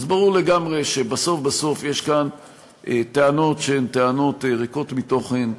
אז ברור לגמרי שבסוף בסוף יש כאן טענות שהן טענות ריקות מתוכן,